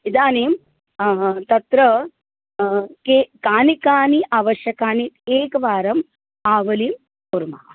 इदानीं तत्र के कानि कानि आवश्यकानि एकवारम् आवलिं कुर्मः